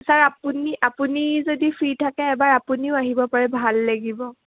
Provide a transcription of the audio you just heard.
sir আপুনি আপুনি যদি ফ্ৰী থাকে এবাৰ আপুনিও আহিব পাৰে ভাল লাগিব